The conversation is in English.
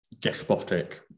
despotic